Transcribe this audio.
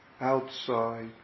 outside